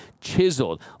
chiseled